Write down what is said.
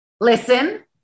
Listen